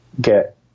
get